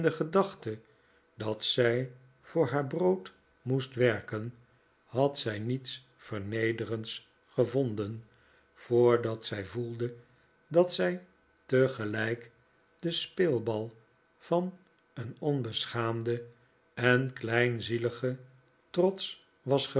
gedachte dat zij voor haar brood moest werken had zij niets vernederends gevonden voordat zij vdelde dat zij tegelijk de speelbal van een onbeschaamden en kleinzieligen trots was